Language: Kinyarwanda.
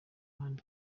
imana